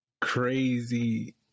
crazy